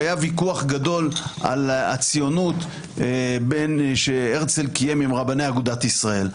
שהיה ויכוח גדול על הציונות שהרצל קיים עם רבני אגודת ישראל.